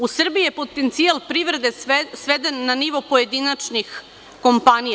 U Srbiji je potencijal privrede sveden na nivo pojedinačnih kompanija.